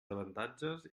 avantatges